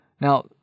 Now